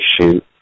shoot